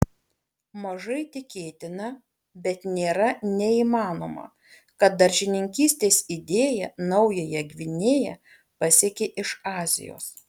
mažai tikėtina bet nėra neįmanoma kad daržininkystės idėja naująją gvinėją pasiekė iš azijos